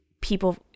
people